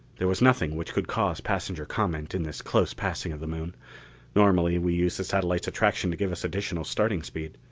there was nothing which could cause passenger comment in this close passing of the moon normally we used the satellite's attraction to give us additional starting speed.